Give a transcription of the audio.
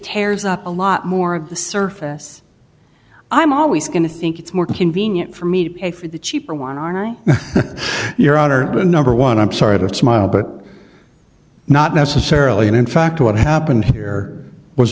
tears up a lot more of the surface i'm always going to think it's more convenient for me to pay for the cheaper one are your honor the number one i'm sorry to smile but not necessarily and in fact what happened here was